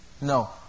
no